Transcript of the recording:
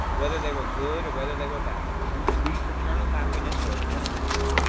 whether they were good or whether they were bad, to reap eternal happiness or eternal misery,